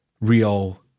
real